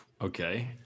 okay